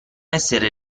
essere